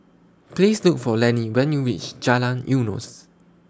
Please Look For Lenny when YOU REACH Jalan Eunos